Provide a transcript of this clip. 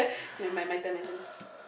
okay nevermind my turn my turn